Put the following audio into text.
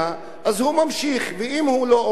ואם הוא לא עומד בזה, אז הוא פורש.